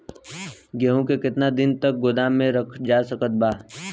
गेहूँ के केतना दिन तक गोदाम मे रखल जा सकत बा?